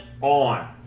on